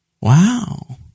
wow